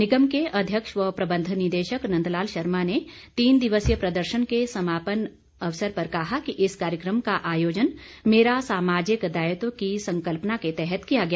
निगम के अध्यक्ष व प्रबंध निदेशक नंदलाल शर्मा ने तीन दिवसीय प्रदर्शनी के समापन अवसर पर कहा कि इस कार्यक्रम का आयोजन मेरा सामाजिक दायित्व की संकल्पना के तहत किया गया